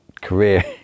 career